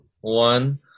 one